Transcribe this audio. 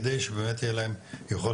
כדי שבאמת יהיה להם יכולת